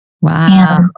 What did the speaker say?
Wow